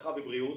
הרווחה והבריאות,